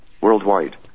worldwide